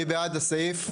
מי בעד הסעיף?